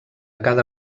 cada